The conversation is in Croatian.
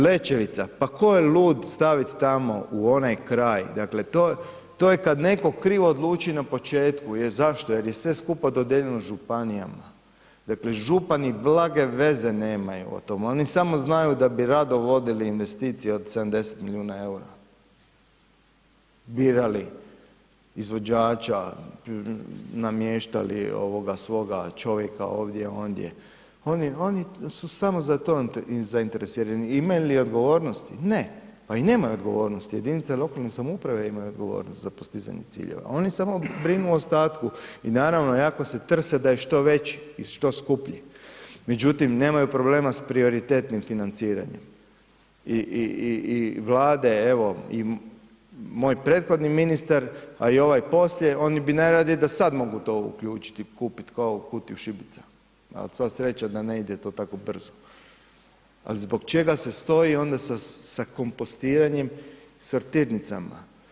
Lećevica, pa ko je lud stavit tamo u onaj kraj, dakle to je, to je kad neko krivo odluči na početku, je zašto, jer je sve skupa dodijeljeno županijama, dakle župani blage veze nemaju o tome, oni samo znaju da bi rado vodili investicije od 70 milijuna EUR-a, birali izvođača, namještali ovoga svoga čovjeka ovdje, ondje, oni, oni su samo za to zainteresirani, imaju li odgovornosti, ne, pa i nemaju odgovornosti, jedinice lokalne samouprave imaju odgovornost za postizanje ciljeva, oni samo brinu o ostatku i naravno jako se trse da je što veći i što skuplji, međutim nemaju problema s prioritetnim financiranjem i, i, i, i Vlade evo i moj prethodni ministar, a i ovaj poslije, oni bi najradije da sad to mogu uključiti i kupiti kao kutiju šibica, al sva sreća da ne ide to tako brzo, al zbog čega se stoji onda sa kompostiranjem, sortirnicama?